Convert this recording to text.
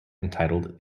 entitled